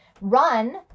run